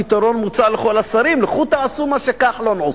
פתרון מוצע לכל השרים: לכו תעשו מה שכחלון עושה.